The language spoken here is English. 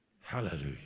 Hallelujah